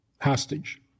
hostage